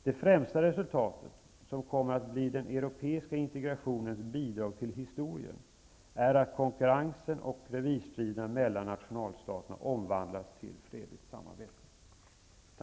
Det främsta resultatet, som kommer att bli den europeiska integrationens bidrag till historien, är att konkurrensen och revirstriderna mellan nationalstaterna omvandlas till fredligt samarbete.